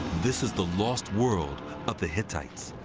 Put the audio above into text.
this is the lost world of the hittites.